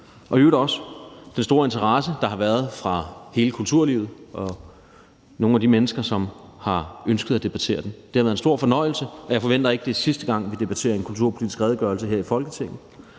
og i øvrigt også den store interesse, der har været fra hele kulturlivet og nogle af de mennesker, som har ønsket at debattere det. Det har været en stor fornøjelse, og jeg forventer ikke, at det er sidste gang, vi debatterer en kulturpolitisk redegørelse her i Folketinget.